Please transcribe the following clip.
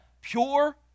pure